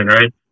right